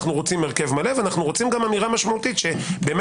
אנו רוצים הרכב מלא ואנו רוצים גם אמירה משמעותית שבאמת